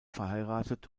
verheiratet